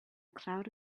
cloud